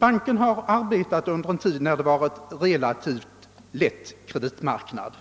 Banken har arbetat under en tid när det varit en relativt lätt kreditmarknad